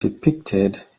depicted